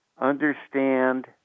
understand